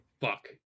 Fuck